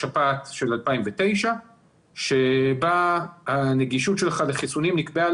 השפעת של 2009 שבה הנגישות שלך לחיסונים נקבעה